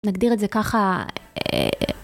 נגדיר את זה ככה.